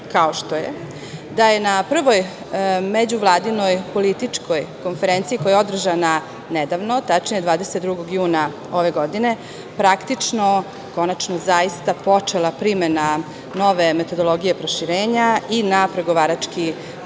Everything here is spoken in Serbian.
kao što je da je na Prvoj međuvladinoj političkoj konferenciji koja je održana nedavno, tačnije 22. juna ove godine, praktično konačno zaista počela primena nove metodologije proširenja i na pregovarački